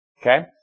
Okay